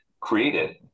created